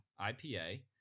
IPA